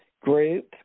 group